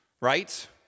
right